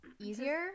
easier